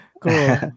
Cool